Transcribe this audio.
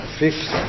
fifth